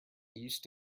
used